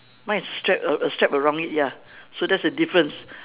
mine is strapped err err strapped around it ya so that's the difference